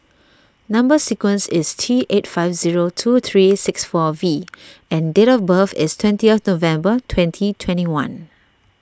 Number Sequence is T eight five zero two three six four V and date of birth is twenty November twenty twenty one